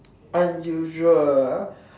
unusual